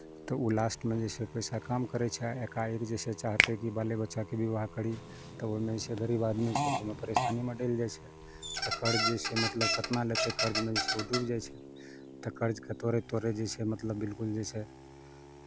तऽ ओ लास्टमे जे छै पैसा काम करै छै आ एकाएक जइसे चाहतै कि बाले बच्चाके विवाह करी तऽ ओहिमे जे छै गरीब आदमी छै तऽ ओहिमे परेशानीमे डलि जाइ छै तऽ कर्ज जे छै मतलब केतना लेतै कर्जमे जे छै ओ डूबि जाइ छै तऽ कर्जकेँ तोड़ैत तोड़ैत जे छै मतलब बिलकुल जे छै